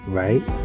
right